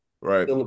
right